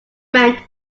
meant